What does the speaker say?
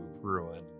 ruin